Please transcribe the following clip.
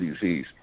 disease